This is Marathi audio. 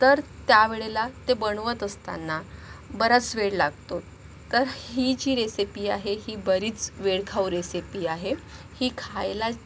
तर त्या वेळेला ते बनवत असताना बराच वेळ लागतो तर ही जी रेसिपी आहे ही बरीच वेळखाऊ रेसिपी आहे ही खायला